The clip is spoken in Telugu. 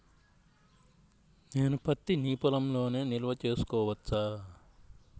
నేను పత్తి నీ పొలంలోనే నిల్వ చేసుకోవచ్చా?